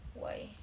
why